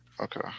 Okay